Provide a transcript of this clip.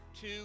two